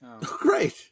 Great